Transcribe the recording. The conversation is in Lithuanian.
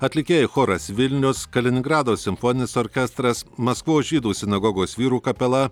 atlikėjai choras vilnius kaliningrado simfoninis orkestras maskvos žydų sinagogos vyrų kapela